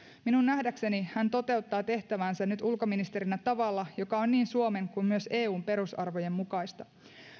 minun nähdäkseni hän toteuttaa tehtäväänsä nyt ulkoministerinä tavalla joka on niin suomen kuin myös eun perusarvojen mukaista